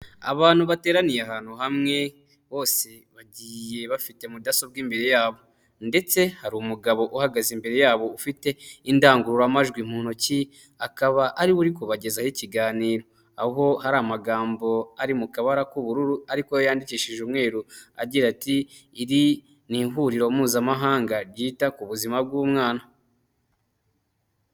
Abantu bateraniye ahantu hamwe, bose bagiye bafite mudasobwa imbere yabo. Ndetse hari umugabo uhagaze imbere yabo, ufite indangururamajwi mu ntoki, akaba ari we uri kubagezaho ikiganiro. Aho hari amagambo ari mu kabara k'ubururu, ariko yo yandikishije umweru, agira ati " Iri ni ihuriro mpuzamahanga, ryita ku buzima bw'umwana".